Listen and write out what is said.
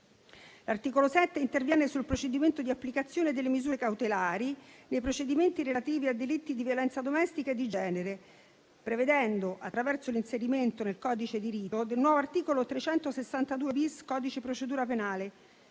L'articolo 7 interviene sul procedimento di applicazione delle misure cautelari nei procedimenti relativi a delitti di violenza domestica e di genere, prevedendo, attraverso l'inserimento nel codice di rito del nuovo articolo 362-*bis* del codice di procedura penale,